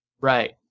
right